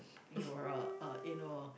you're uh you know